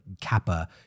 kappa